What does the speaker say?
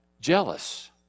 jealous